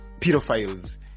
pedophiles